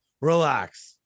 Relax